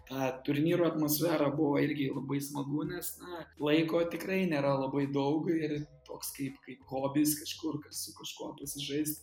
tą turnyro atmosferą buvo irgi labai smagu nes na laiko tikrai nėra labai daug ir toks kaip kaip hobis kažkur su kažkuo pasižaist